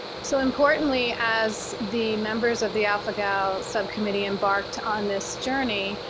so importantly, as the members of the alpha-gal subcommittee embarked on this journey,